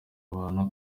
abantu